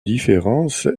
différence